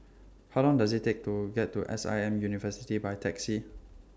How Long Does IT Take to get to S I M University By Taxi